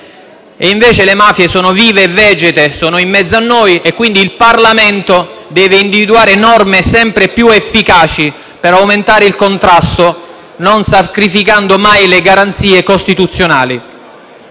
Invece, le mafie sono vive e vegete, sono in mezzo a noi e quindi il Parlamento deve individuare norme sempre più efficaci per aumentare il contrasto, non sacrificando mai le garanzie costituzionali.